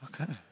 okay